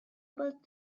about